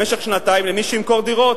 במשך שנתיים, למי שימכור דירות.